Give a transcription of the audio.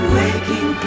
waking